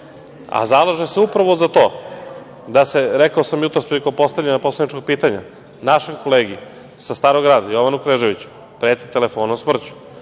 a zalaže se upravo za to da se, rekao sam jutros prilikom postavljanja poslaničkog pitanja, našem kolegi sa Starog Grada, Jovanu Kneževiću preti telefonom smrću.